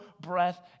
breath